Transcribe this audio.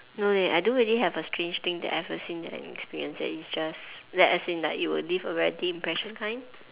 no leh I don't really have a strange thing that ever seen and experienced eh it's just like as in like it will leave a very deep impression kind